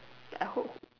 I hope